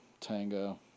Tango